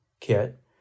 kit